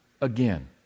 again